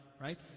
right